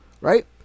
right